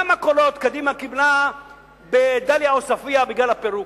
כמה קולות נוספים קיבלה קדימה בדאליה עוספיא בגלל הפירוק?